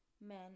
men